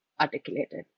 articulated